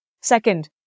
second